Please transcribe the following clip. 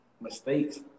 Mistakes